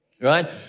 right